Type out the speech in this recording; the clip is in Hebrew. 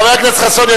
חבר הכנסת חסון,